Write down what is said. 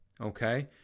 okay